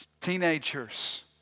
teenagers